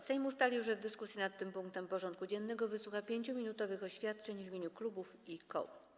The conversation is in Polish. Sejm ustalił, że w dyskusji nad tym punktem porządku dziennego wysłucha 5-minutowych oświadczeń w imieniu klubów i koła.